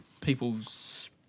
people's